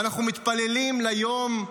ואנחנו מתפללים ליום,